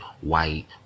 white